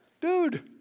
Dude